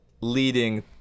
leading